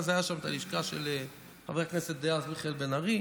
אז הייתה שם הלשכה של חבר הכנסת דאז מיכאל בן ארי,